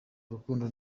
urukundo